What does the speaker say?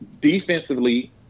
defensively